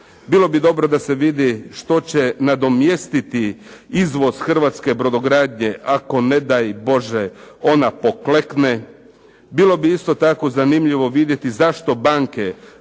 bilo bi dobro da se vidi što će nadomjestiti izvoz hrvatske brodogradnje ako ne daj Bože ona poklekne. Bilo bi isto tako zanimljivo vidjeti zašto banke